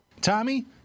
Tommy